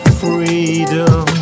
freedom